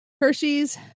Hershey's